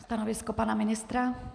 Stanovisko pana ministra?